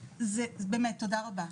באמת תודה רבה.